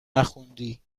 نخوندی